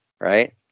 Right